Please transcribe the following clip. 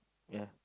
yeah